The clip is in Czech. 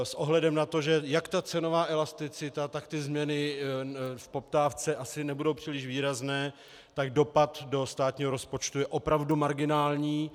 S ohledem na to, že jak cenová elasticita, tak změny v poptávce asi nebudou příliš výrazné, tak dopad do státního rozpočtu je opravdu marginální.